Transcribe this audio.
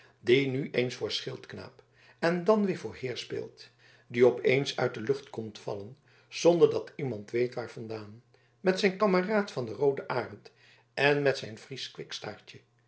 die nu eens voor schildknaap en dan weer voor heer speelt die opeens uit de lucht komt gevallen zonder dat iemand weet waar vandaan met zijn kameraad van den rooden arend en met zijn friesch